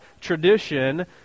tradition